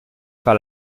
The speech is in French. par